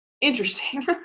interesting